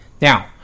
Now